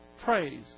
praise